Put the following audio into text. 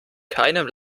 keinem